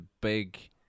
big